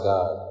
God